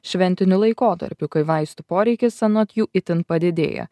šventiniu laikotarpiu kai vaistų poreikis anot jų itin padidėja